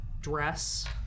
dress